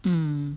mm